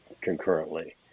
concurrently